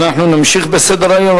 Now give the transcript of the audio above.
אנחנו נמשיך בסדר-היום.